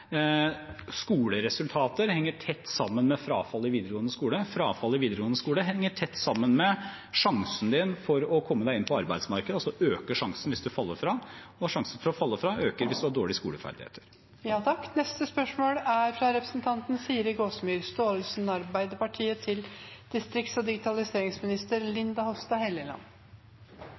Skoleresultater henger tett sammen med frafall i videregående skole, frafall i videregående skole henger tett sammen med sjansen for å komme seg inn på arbeidsmarkedet – altså øker sjansen for å komme inn hvis man ikke faller fra, og sjansen for å falle fra øker hvis man har dårlige skoleferdigheter.